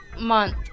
month